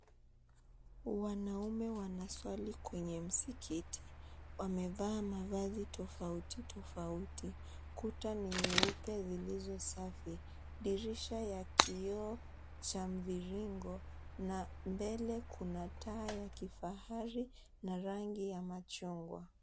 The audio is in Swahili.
Wanaume wanaswali kwenye msikiti. Wamevaa mavazi tofauti tofauti. Kuta ni nyeupe zilizo safi. Dirisha ya kioo cha mviringo na mbele kuna taa ya kifahari na rangi ya machungwa.